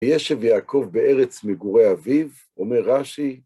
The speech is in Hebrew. ‫וישב יעקב בארץ מגורי אביו, ‫אומר רש"י,